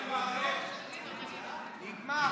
אל תבואו,